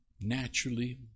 naturally